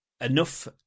enough